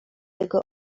tego